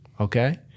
Okay